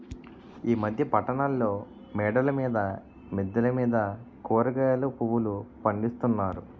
ఈ మధ్య పట్టణాల్లో మేడల మీద మిద్దెల మీద కూరగాయలు పువ్వులు పండిస్తున్నారు